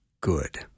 good